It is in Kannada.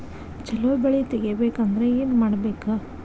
ಛಲೋ ಬೆಳಿ ತೆಗೇಬೇಕ ಅಂದ್ರ ಏನು ಮಾಡ್ಬೇಕ್?